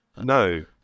No